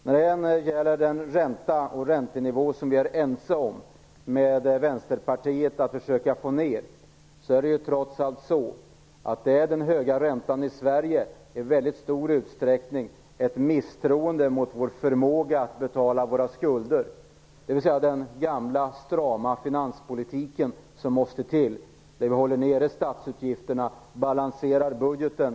När det gäller den ränta och den räntenivå som vi är ense med Vänsterpartiet om att försöka få ned, är det trots allt så att den höga räntan i Sverige i väldigt stor utsträckning skapar ett misstroende mot vår förmåga att betala våra skulder. Det är alltså den gamla strama finanspolitiken som måste till, där vi håller nere statsutgifterna och balanserar budgeten.